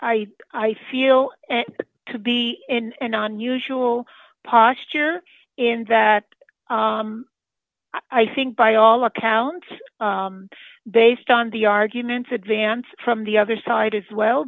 i i feel to be in an unusual posture in that i think by all accounts based on the arguments advance from the other side as well